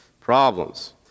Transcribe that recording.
Problems